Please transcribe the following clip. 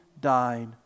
died